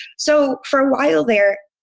so for a while there,